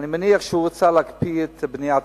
אני מניח שהוא רצה להקפיא את בניית